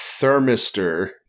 Thermistor